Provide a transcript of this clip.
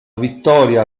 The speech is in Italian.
vittoria